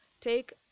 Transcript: take